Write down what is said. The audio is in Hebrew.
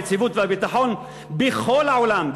היציבות והביטחון בכל העולם,